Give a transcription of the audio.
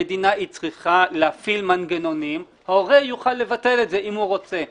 המדינה צריכה להפעיל מנגנונים הורה יוכל לבטל את זה אם הוא רוצה.